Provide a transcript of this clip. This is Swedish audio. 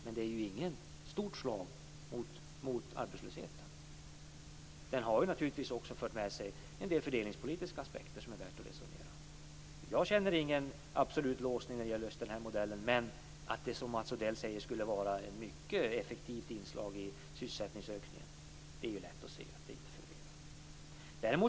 Men det är inget stort slag mot arbetslösheten. Den har också fört med sig en del fördelningspolitiska aspekter som det är värt att resonera om. Jag känner ingen absolut låsning angående den modellen. Men det är lätt att se att den inte är ett effektivt inslag i sysselsättningsökningen - som Mats Odell hävdar.